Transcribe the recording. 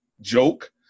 joke